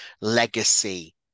legacy